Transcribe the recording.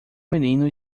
menino